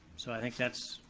so i think that's